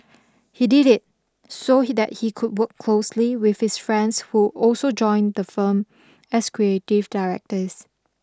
he did it so he that he could work closely with his friends who also joined the firm as creative directors